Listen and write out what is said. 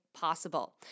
possible